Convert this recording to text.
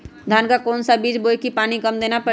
धान का कौन सा बीज बोय की पानी कम देना परे?